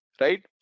right